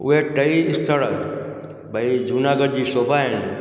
उहे टेई स्थर भई जूनागढ़ जी शोभा आहिनि